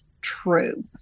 true